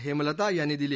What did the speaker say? हेमलता यांनी दिली